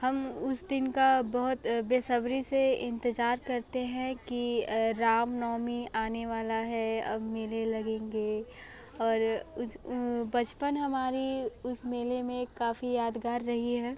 हम उसे दिन का बहुत बेसब्री से इंतजार करते हैं कि रामनवमी आने वाला है अब मेले लगेंगे और बचपन हमारे उस मेले में काफ़ी यादगार रही है